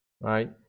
Right